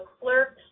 clerks